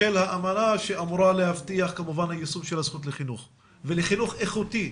של האמנה שאמורה להבטיח כמובן יישום הזכות לחינוך ולחינוך איכותי,